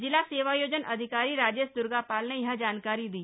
जिला सेवायोजन अधिकारी राजेश द्र्गापाल ने यह जानकारी दी